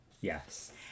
Yes